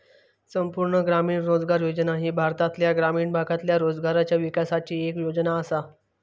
संपूर्ण ग्रामीण रोजगार योजना ही भारतातल्या ग्रामीण भागातल्या रोजगाराच्या विकासाची येक योजना आसा